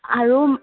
আৰু